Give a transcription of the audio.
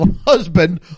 husband